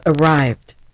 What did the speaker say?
arrived